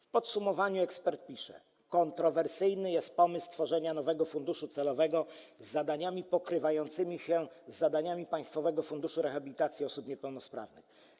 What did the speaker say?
W podsumowaniu ekspert pisze: Kontrowersyjny jest pomysł tworzenia nowego funduszu celowego z zadaniami pokrywającymi się z zadaniami Państwowego Funduszu Rehabilitacji Osób Niepełnosprawnych.